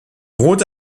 rote